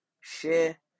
share